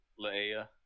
Leia